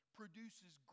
produces